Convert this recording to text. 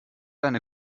deine